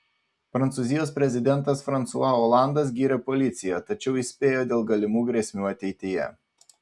prancūzijos prezidentas fransua olandas gyrė policiją tačiau įspėjo dėl galimų grėsmių ateityje